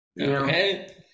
Okay